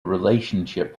relationship